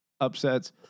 Upsets